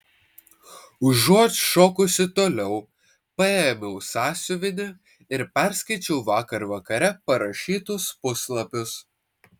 užuot šokusi toliau paėmiau sąsiuvinį ir perskaičiau vakar vakare parašytus puslapius